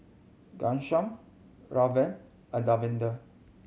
Ghanshyam Ramdev and Davinder